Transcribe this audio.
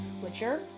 witcher